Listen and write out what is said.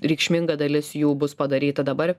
reikšminga dalis jų bus padaryta dabar